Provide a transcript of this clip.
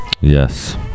Yes